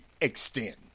extend